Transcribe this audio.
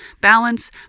balance